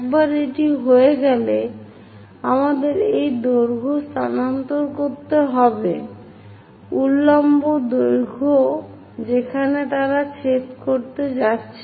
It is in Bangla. একবার এটি হয়ে গেলে আমাদের এই দৈর্ঘ্য স্থানান্তর করতে হবে উল্লম্ব দৈর্ঘ্য যেখানে তারা ছেদ করতে যাচ্ছে